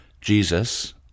Jesus